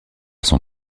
son